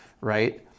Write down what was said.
right